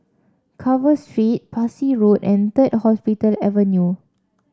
Carver Street Parsi Road and Third Hospital Avenue